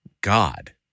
God